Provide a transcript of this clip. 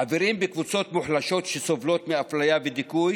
חברים בקבוצות מוחלשות שסובלות מאפליה ודיכוי